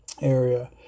area